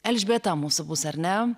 elžbieta mūsų bus ar ne